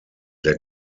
der